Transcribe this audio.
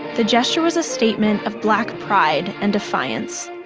the gesture was a statement of black pride and defiance.